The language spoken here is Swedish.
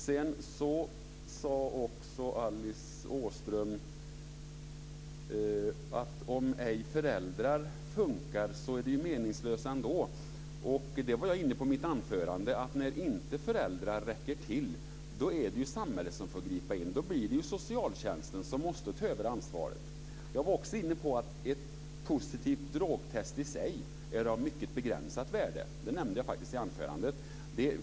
Alice Åström sade också att om föräldrar ej fungerar är det meningslöst. Det var jag inne på i mitt anförande. När inte föräldrar räcker till är det ju samhället som får gripa in. Då blir det socialtjänsten som måste ta över ansvaret. Jag var också inne på att ett positivt drogtest i sig är av mycket begränsat värde. Det nämnde jag faktiskt i anförandet.